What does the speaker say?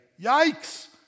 yikes